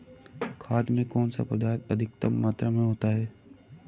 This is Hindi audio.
खाद में कौन सा पदार्थ अधिक मात्रा में होता है?